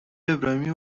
ابراهیمی